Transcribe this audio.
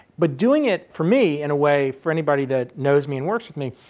but doing it, for me, in a way for anybody that knows me and works with me,